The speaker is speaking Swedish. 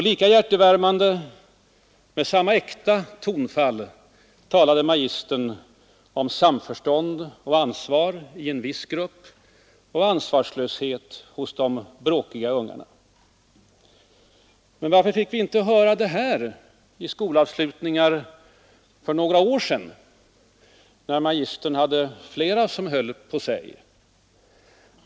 Lika hjärtevärmande, med samma äkta tonfall talade magistern om samförstånd och ansvar i en viss grupp och ansvarslöshet hos de bråkiga ungarna. Men varför fick vi inte höra detta vid ”skolavslutningar” för några år sedan, när magistern hade fler som höll på sig?